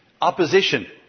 opposition